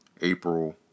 April